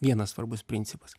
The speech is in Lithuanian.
vienas svarbus principas